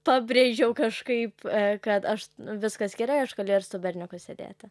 pabrėžiau kažkaip kad aš viskas gerai aš galiu ir su berniuku sėdėti